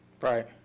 right